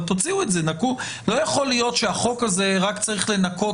אבל לא יכול להיות שהחוק הזה רק צריך לנכות